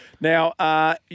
Now –